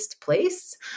place